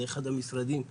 זה אחד המשרדים הגדולים,